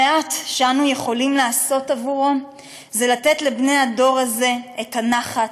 המעט שאנו יכולים לעשות עבורו זה לתת לבני הדור הזה את הנחת,